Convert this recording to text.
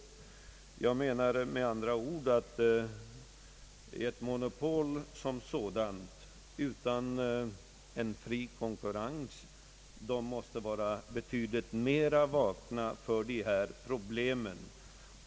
Jag menar med andra ord att man vid ett monopol som sådant, utan någon fri konkurrens, måste vara betydligt mera vaken beträffande dessa problem.